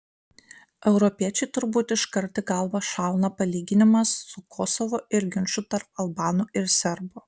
europiečiui turbūt iškart į galvą šauna palyginimas su kosovu ir ginču tarp albanų ir serbų